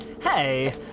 Hey